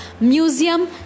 museum